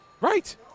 Right